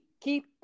keep